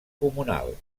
comunal